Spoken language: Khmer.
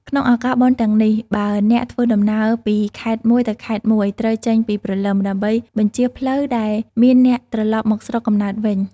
ក្នុងឱកាសបុណ្យទាំងនេះ បើអ្នកធ្វើដំណើរពីខេត្តមួយទៅខេត្តមួយ ត្រូវចេញពីព្រលឹម ដើម្បីបញ្ចៀសផ្លូវដែលមានអ្នកត្រឡប់មកស្រុកកំណើតវិញ។